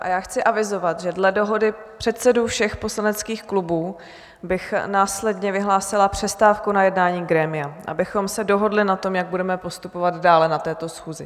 A já chci avizovat, že dle dohody předsedů všech poslaneckých klubů bych následně vyhlásila přestávku na jednání grémia, abychom se dohodli na tom, jak budeme postupovat dále na této schůzi.